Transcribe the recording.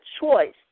choice